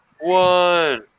one